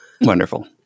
Wonderful